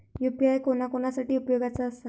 UPI कोणा कोणा साठी उपयोगाचा आसा?